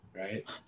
right